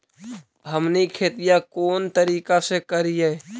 हमनी खेतीया कोन तरीका से करीय?